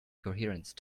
coherence